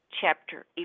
chapter